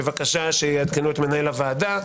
בבקשה לעדכן את מנהל הוועדה.